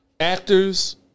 Actors